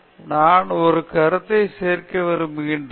ஆஷா க்ராந்தி நான் ஒரு கருத்தை சேர்க்க விரும்புகிறேன்